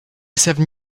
seven